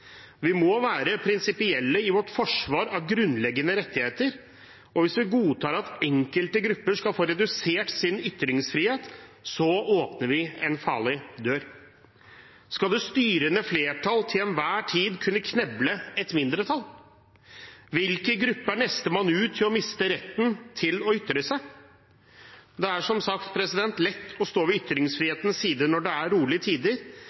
Vi må være prinsipielle i vårt forsvar av grunnleggende rettigheter, og hvis vi godtar at enkelte grupper skal få redusert sin ytringsfrihet, åpner vi en farlig dør. Skal det styrende flertall til enhver tid kunne kneble et mindretall? Hvilken gruppe er nestemann ut til å miste retten til å ytre seg? Det er som sagt lett å stå ved ytringsfrihetens side når det er rolige tider,